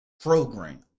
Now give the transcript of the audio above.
program